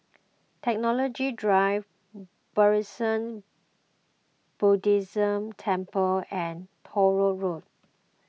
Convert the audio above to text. Technology Drive Buddhism Temple and Truro Road